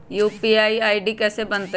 UPI के ID कैसे बनतई?